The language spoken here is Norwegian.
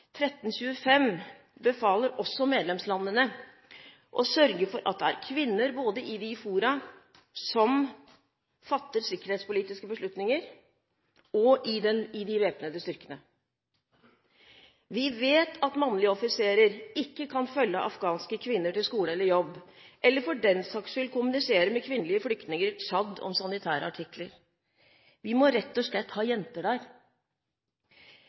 1325 befaler også medlemslandene å sørge for at det er kvinner både i de fora som fatter sikkerhetspolitiske beslutninger, og i de væpnede styrkene. Vi vet at mannlige offiserer ikke kan følge afghanske kvinner til skole eller jobb, eller for den saks skyld kommunisere med kvinnelige flyktninger i Tsjad om sanitære artikler. Vi må rett og slett ha jenter der.